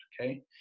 Okay